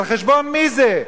על חשבון מי זה?